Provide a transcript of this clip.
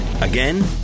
again